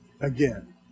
again